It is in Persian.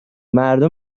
مردم